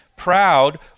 Proud